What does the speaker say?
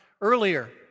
earlier